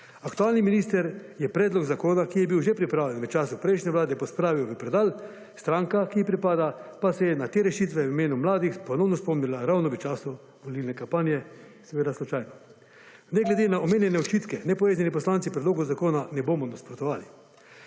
Aktualni minister je Predlog zakona, ki je bil že pripravljen v času prejšnje Vlade, pospravil v predal, stranka, ki ji pripada, pa se je na te rešitve v imenu mladih ponovno spomnila ravno v času volilne kampanje, seveda slučajno. Zdaj, glede na omenjene očitke, Nepovezani poslanci Predlogu zakona ne bomo nasprotovali.